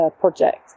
project